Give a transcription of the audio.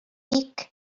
mhic